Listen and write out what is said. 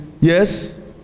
yes